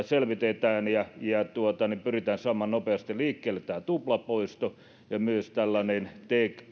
selvitetään ja ja pyritään saamaan nopeasti liikkeelle tämä tuplapoisto ja myös tällainen